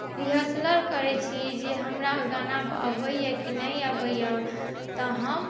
रिहल्सलल करैत छी जे हमरा ओहि गानापर अबैत की नहि अबैए तऽ हम